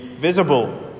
visible